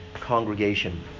congregation